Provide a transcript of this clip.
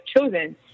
chosen